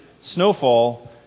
snowfall